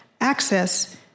access